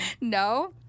No